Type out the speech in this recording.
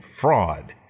fraud